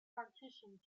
partition